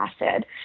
acid